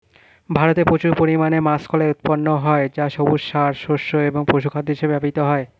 ভারতে প্রচুর পরিমাণে মাষকলাই উৎপন্ন হয় যা সবুজ সার, শস্য এবং পশুখাদ্য হিসেবে ব্যবহৃত হয়